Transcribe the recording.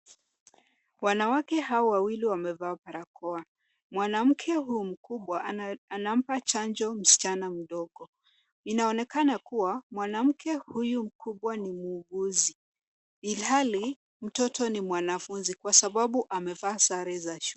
Wanawake hawa wawili wamevaa barakoa. Mwanamke huyu mkubwa anampa chanjo msichana mdogo. Inaonekana kuwa mwanamke huyu mkubwa ni muuguzi ilhali mtoto ni mwanafunzi kwa sababu amevaa sare za shule.